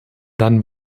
dann